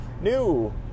new